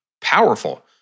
powerful